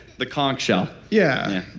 the conch shell yeah.